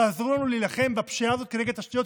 תעזרו לנו להילחם בפשיעה הזאת נגד תשתיות,